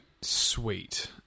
sweet